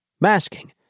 masking